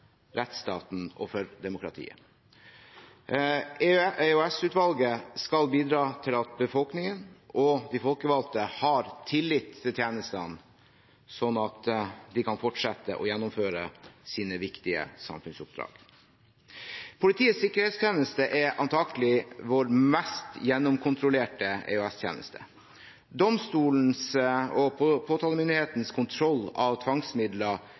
rettsstaten og demokratiet. EOS-utvalget skal bidra til at befolkningen og de folkevalgte har tillit til tjenestene, slik at de kan fortsette å gjennomføre sine viktige samfunnsoppdrag. Politiets sikkerhetstjeneste er antakelig vår mest gjennomkontrollerte EOS-tjeneste. Domstolens og påtalemyndighetens kontroll av tvangsmidler